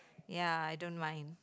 ya I don't mind